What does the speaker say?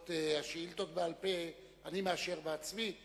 את השאילתות בעל-פה אני מאשר בעצמי,